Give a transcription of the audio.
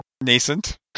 Nascent